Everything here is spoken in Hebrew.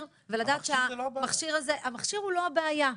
ולדעת שהמכשיר המכשיר הוא לא הבעיה,